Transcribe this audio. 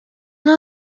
una